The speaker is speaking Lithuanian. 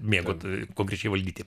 mėgo konkrečiai valdyti